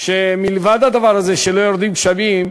שמלבד זה שלא יורדים גשמים,